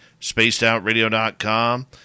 Spacedoutradio.com